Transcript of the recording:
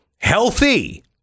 healthy